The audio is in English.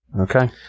Okay